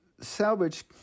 salvage